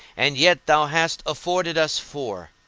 and yet thou hast afforded us four.